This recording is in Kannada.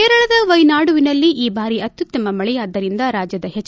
ಕೇರಳದ ವೈನಾಡುವಿನಲ್ಲಿ ಈ ಬಾರಿ ಅತ್ಯುತ್ತಮ ಮಳೆಯಾದ್ದರಿಂದ ರಾಜ್ಯದ ಹೆಜ್